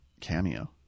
cameo